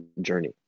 journey